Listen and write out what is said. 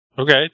Okay